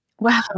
Wow